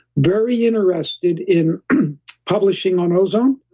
very interested in publishing on ozone,